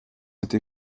été